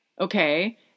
Okay